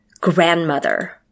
grandmother